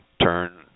turn